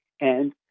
And-